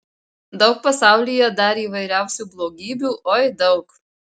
daug pasaulyje dar įvairiausių blogybių oi daug